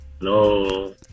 No